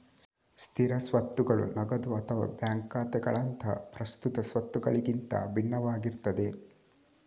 ಸ್ಥಿರ ಸ್ವತ್ತುಗಳು ನಗದು ಅಥವಾ ಬ್ಯಾಂಕ್ ಖಾತೆಗಳಂತಹ ಪ್ರಸ್ತುತ ಸ್ವತ್ತುಗಳಿಗಿಂತ ಭಿನ್ನವಾಗಿರ್ತವೆ